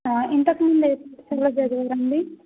ఇంతకు ముందు ఏ స్కూల్లో చదివారండి